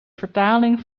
vertaling